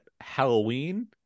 Halloween